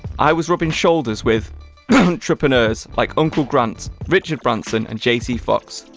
i was rubbing shoulders with trepreneurs like uncle grant richard branson, and jt foxx.